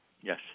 Yes